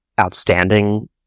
outstanding